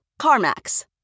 CarMax